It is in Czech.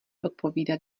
odpovídat